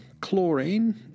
chlorine